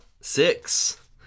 Six